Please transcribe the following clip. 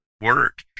work